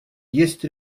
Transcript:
есть